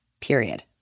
period